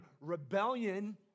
rebellion